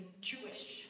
Jewish